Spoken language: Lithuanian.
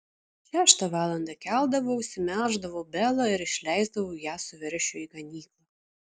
šeštą valandą keldavausi melždavau belą ir išleisdavau ją su veršiu į ganyklą